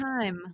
time